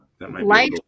Life